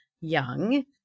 young